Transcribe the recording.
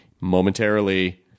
momentarily